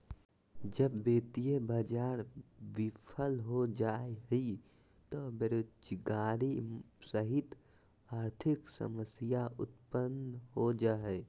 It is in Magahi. जब वित्तीय बाज़ार बिफल हो जा हइ त बेरोजगारी सहित आर्थिक समस्या उतपन्न हो जा हइ